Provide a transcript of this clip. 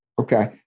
Okay